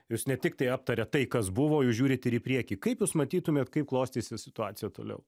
jūs netiktai aptariat tai kas buvo jūs žiūrit ir į priekį kaip jūs matytumėt kaip klostysis situacija toliau